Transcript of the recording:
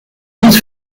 niet